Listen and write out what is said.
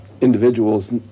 individuals